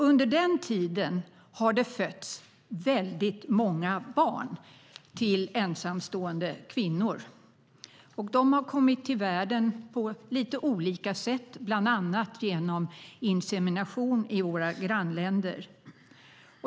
Under den tiden har det fötts väldigt många barn till ensamstående kvinnor. De har kommit till världen på lite olika sätt, bland annat genom insemination i våra grannländer.